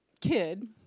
kid